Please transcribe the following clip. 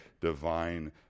divine